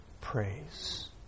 praise